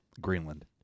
Greenland